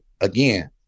again